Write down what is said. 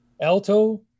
alto